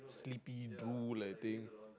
sleepy drool that thing